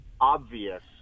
obvious